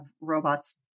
robots